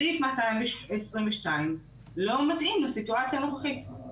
סעיף 222 לא מתאים לסיטואציה הנוכחית.